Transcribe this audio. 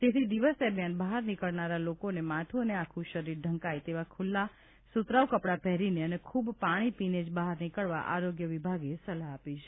તેથી દિવસ દરમ્યાન બહાર નીકળનારા લોકોને માથુ અને આખું શરીર ઢંકાય તેવાં ખુલ્લાં સુતરાઉ કપડાં પહેરીને અને ખૂબ પાણી પીને જ બહાર નીકળવા આરોગ્ય વિભાગે સલાહ આપી છે